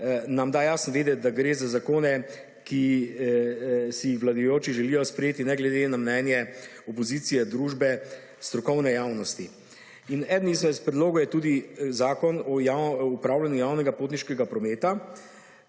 nam da jasno vedeti, da gre za zakone, ki si jih vladajoči želijo sprejeti ne glede na mnenje opozicije, družbe, strokovne javnosti. Eden izmed predlogov je tudi Zakon o upravljanju javnega potniškega prometa,